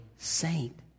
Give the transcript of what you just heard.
Saint